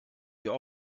wir